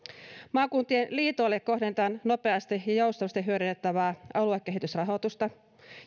maakuntien liitoille kohdennetaan nopeasti ja joustavasti hyödynnettävää aluekehitysrahoitusta